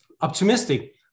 optimistic